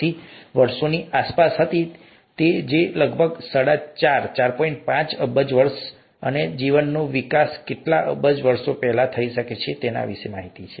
5 અબજ વર્ષો ની આસપાસ છે અને જીવનનો વિકાસ કેટલાક અબજ વર્ષો પહેલા હોય શકે છે